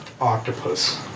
octopus